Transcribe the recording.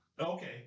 Okay